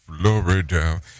Florida